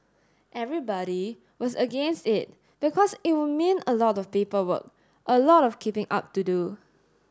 everybody was against it because it would mean a lot of paperwork a lot of keeping up to do